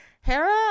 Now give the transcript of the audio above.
hera